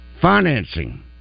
financing